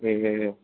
جی جی جی